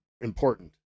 important